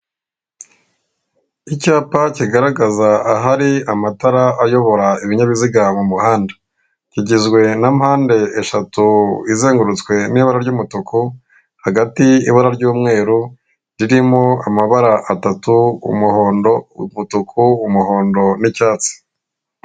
Icyapa kigaragaza ahari amatara ayobora ibinyabiziga mu muhanda kigizwe na mpande eshatu izengurutswe n'ibara ry'umutuku, hagati y'ibara ry'umweru ririmo amabara atatu umuhondo, umutuku, umuhondo icyatsi.